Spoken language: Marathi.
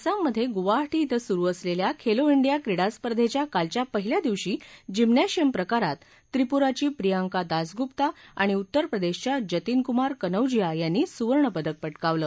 आसाममधे गुवाहाटी इं सुरु असलेल्या खेलो डिया क्रीडास्पर्धेच्या कालच्या पहिल्या दिवशी जिम्नॅशियम प्रकारात त्रिपुराची प्रियांका दासगुप्ता आणि उत्तर प्रदेशच्या जतिनकुमार कनौजिया यांनी सुवर्णपदक पटकावलं